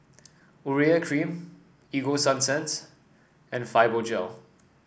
Urea Cream Ego Sunsense and Fibogel